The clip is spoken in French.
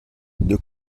deux